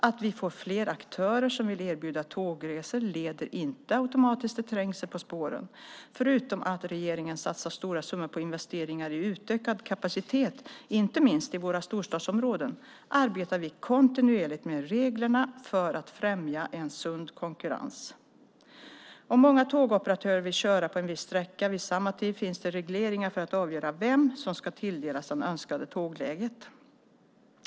Att vi får fler aktörer som vill erbjuda tågresor leder inte automatiskt till trängsel på spåren. Förutom att regeringen satsar stora summor på investeringar i utökad kapacitet, inte minst i våra storstadsområden, arbetar vi kontinuerligt med reglerna för att främja en sund konkurrens. Om många tågoperatörer vill köra på en viss sträcka vid samma tid finns det regleringar för att avgöra vem som ska tilldelas det önskade tågläget.